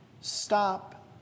Stop